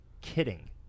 Kidding